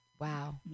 Wow